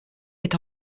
est